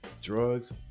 drugs